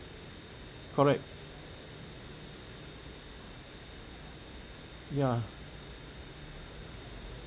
correct ya